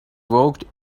walked